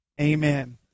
amen